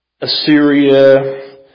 Assyria